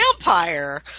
vampire